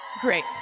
Great